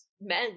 men